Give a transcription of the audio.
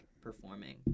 performing